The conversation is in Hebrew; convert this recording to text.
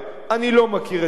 אני לא מכיר את הפרטים,